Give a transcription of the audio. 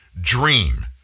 dream